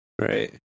right